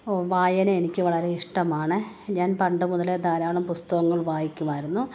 ഓ വായന എനിക്ക് വളരെ ഇഷ്ടമാണ് ഞാൻ പണ്ട് മുതലേ ധാരാളം പുസ്തകങ്ങൾ വായിക്കുമായിരുന്നു